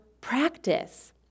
practice